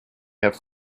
have